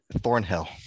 Thornhill